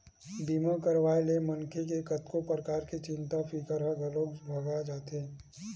बीमा करवाए ले मनखे के कतको परकार के चिंता फिकर ह घलोक भगा जाथे